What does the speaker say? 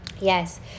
yes